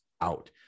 out